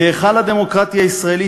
בהיכל הדמוקרטיה הישראלית,